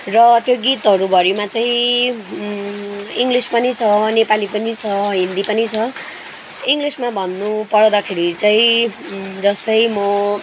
र त्यो गीतहरू भरिमा चाहिँ इङ्लिस पनि छ नेपाली पनि छ हिन्दी पनि छ इङ्लिसमा भन्नु पर्दाखेरि चाहिँ जस्तै म